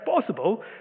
possible